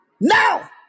Now